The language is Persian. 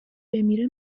بمیره